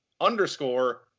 underscore